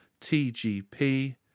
TGP